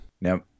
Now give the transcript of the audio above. Now